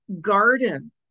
garden